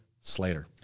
Slater